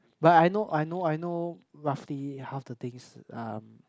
but I know I know I know roughly half the things um